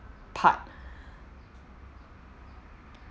part